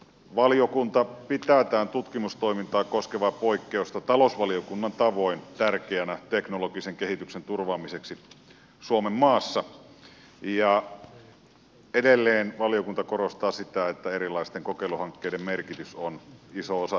ympäritövaliokunta pitää tätä tutkimustoimintaa koskevaa poikkeusta talousvaliokunnan tavoin tärkeänä teknologisen kehityksen turvaamiseksi suomenmaassa ja edelleen valiokunta korostaa sitä että erilaisten kokeiluhankkeiden merkitys on iso osa teknologiatutkimusta